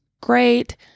great